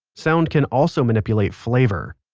sound can also manipulate flavor.